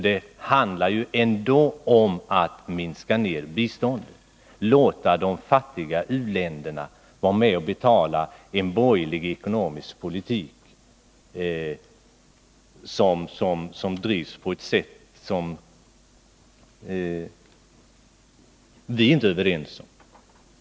Det handlar om att minska biståndet och låta de fattiga u-länderna vara med och betala en borgerlig ekonomisk politik. Det är en politik som vi inte kan stödja.